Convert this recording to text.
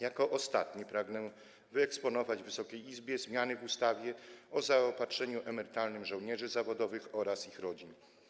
Jako ostatnie pragnę wyeksponować Wysokiej Izbie zmiany w ustawie o zaopatrzeniu emerytalnym żołnierzy zawodowych oraz ich rodzin.